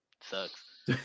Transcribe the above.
Sucks